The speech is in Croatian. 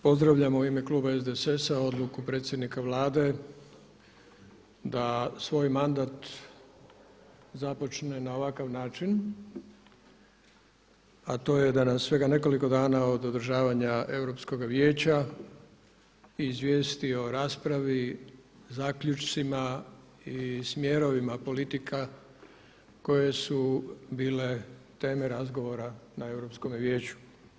Pozdravljam u ime kluba SDSS-a odluku predsjednika Vlade da svoj mandat započne na ovakav način, a to je da nas svega nekoliko dana od održavanja Europskog vijeća izvijesti o raspravi, zaključcima i smjerovima politika koje su bile teme razgovora na Europskome vijeću.